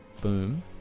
Boom